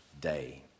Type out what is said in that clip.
day